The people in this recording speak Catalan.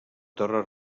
torre